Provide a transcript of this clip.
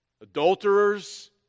adulterers